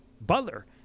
Butler